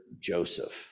Joseph